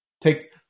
take